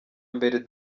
mbere